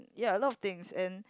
ya a lot of things and